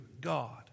God